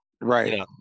right